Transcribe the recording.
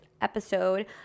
episode